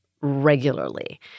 regularly